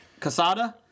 Casada